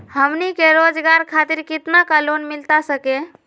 हमनी के रोगजागर खातिर कितना का लोन मिलता सके?